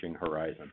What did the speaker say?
horizon